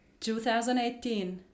2018